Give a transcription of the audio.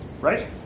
Right